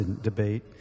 debate